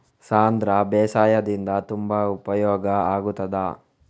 ಸಾಂಧ್ರ ಬೇಸಾಯದಿಂದ ತುಂಬಾ ಉಪಯೋಗ ಆಗುತ್ತದಾ?